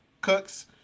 Cooks